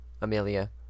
Amelia